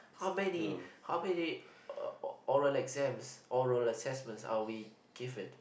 how many how many o~ oral exams oral assessments are we given